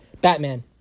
Batman